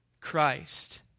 Christ